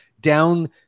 down